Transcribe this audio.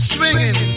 Swinging